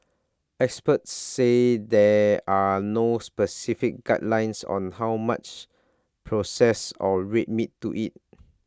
experts said there are no specific guidelines on how much processed or red meat to eat